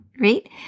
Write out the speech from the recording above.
right